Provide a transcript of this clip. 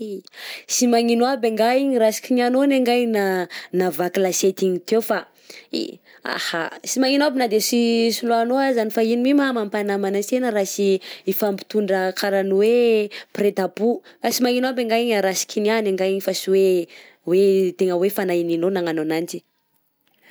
Sy magnino aby ngah igny raha kinihanao ngah iny nahavaky lasiety igny teo fa i- aha- sy magnino aby na de sy soloanao azany fa ino mi ma mampagnamagna ansena raha sy hifampitondra karaha hoe mpiraitampo ah sy manino aby angah igny a raha sy kinihagna ngah igny fa sy hoe hoe tegna hoe fanahininao nagnano agnanjy.